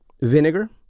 vinegar